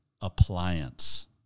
appliance